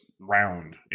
round